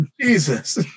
Jesus